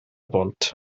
bont